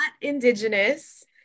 indigenous